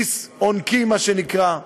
דיסק-און-קי מה שנקרא,